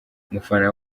umufana